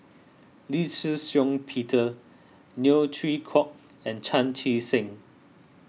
Lee Shih Shiong Peter Neo Chwee Kok and Chan Chee Seng